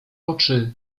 oczy